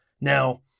now